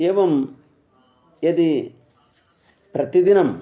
एवं यदि प्रतिदिनं